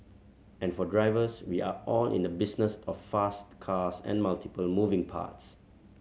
and for drivers we are all in the business of fast cars and multiple moving parts